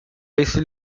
essi